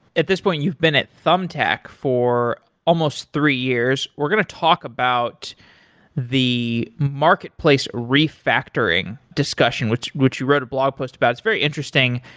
at this point you've been at thumbtack for almost three years. we're going to talk about the market place refactoring discussion, which which you wrote a blog post about it. it's very interesting,